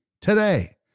today